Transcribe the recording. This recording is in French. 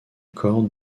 corde